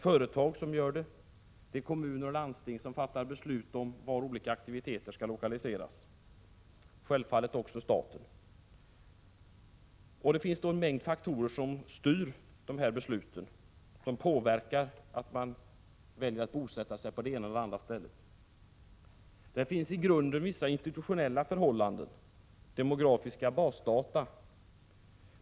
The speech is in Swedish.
Företag, kommuner och landsting fattar beslut om var olika aktiviteter skall lokaliseras, och självfallet även staten. Det finns en mängd faktorer som styr dessa beslut, som påverkar när man väljer att bosätta sig på det ena eller det andra stället. I grunden finns det vissa institutionella förhållanden — demografiska basdata.